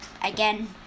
Again